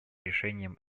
решением